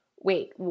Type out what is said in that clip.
wait